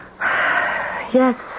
Yes